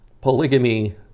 polygamy